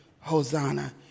Hosanna